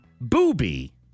Booby